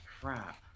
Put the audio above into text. crap